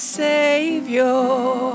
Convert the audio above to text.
savior